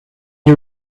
you